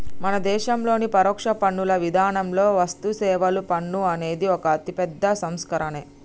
మన దేశంలోని పరోక్ష పన్నుల విధానంలో వస్తుసేవల పన్ను అనేది ఒక అతిపెద్ద సంస్కరనే